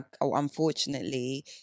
Unfortunately